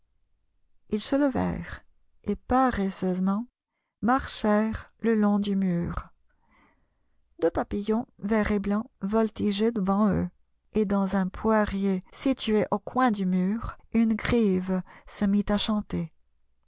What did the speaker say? ils se levèrent et paresseusement marchèrent le long du mur deux papillons vert et blanc voltigeaient devant eux et dans un poirier situé au coin du mur une grive se mit à chanter